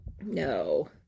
No